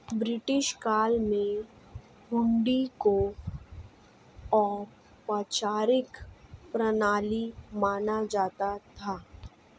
British काल में हुंडी को औपचारिक प्रणाली माना जाता था